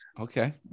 Okay